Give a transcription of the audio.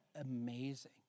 amazing